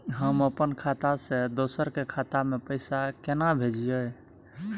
हम अपन खाता से दोसर के खाता में पैसा केना भेजिए?